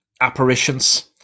apparitions